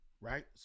right